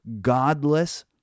godless